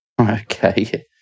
Okay